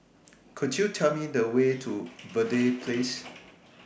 Could YOU Tell Me The Way to Verde Place